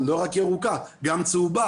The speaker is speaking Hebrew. לא רק ירוקה, גם צהובה.